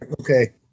Okay